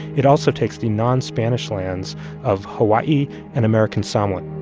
it also takes the non-spanish lands of hawaii and american samoa.